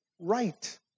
right